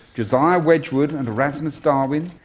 josiah wedgwood and erasmus darwin,